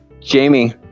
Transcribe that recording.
Jamie